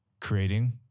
creating